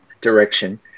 direction